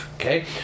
okay